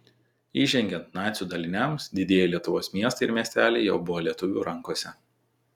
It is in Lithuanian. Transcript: įžengiant nacių daliniams didieji lietuvos miestai ir miesteliai jau buvo lietuvių rankose